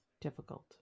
difficult